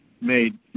made